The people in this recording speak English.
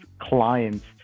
clients